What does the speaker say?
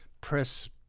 press